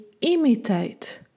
imitate